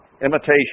imitation